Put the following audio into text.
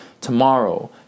tomorrow